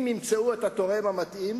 אם ימצאו את התורם המתאים,